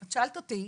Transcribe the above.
את שאלת אותי,